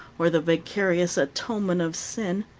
or the vicarious atonement of sin.